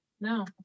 No